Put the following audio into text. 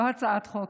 לא הצעת חוק,